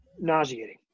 nauseating